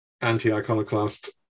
anti-iconoclast